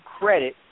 credit